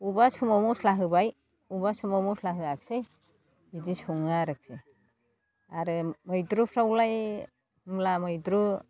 बबेबा समाव मस्ला होबाय बबेबा समाव मस्ला होआसै बिदि सङो आरोखि आरो मैद्रुफ्रावलाय मुला मैद्रु